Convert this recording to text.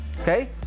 okay